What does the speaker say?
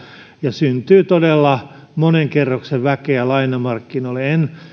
syntyy todella monen kerroksen väkeä lainamarkkinoille en